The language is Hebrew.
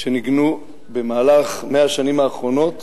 שנקנו ב-100 השנים האחרונות